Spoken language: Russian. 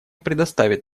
предоставит